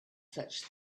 such